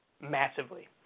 massively